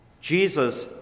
Jesus